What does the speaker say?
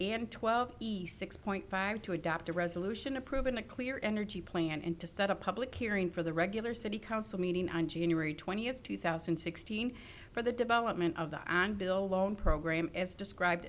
and twelve east six point five to adopt a resolution approving the clear energy plan and to set a public hearing for the regular city council meeting on january twentieth two thousand and sixteen for the development of the bill loan program as described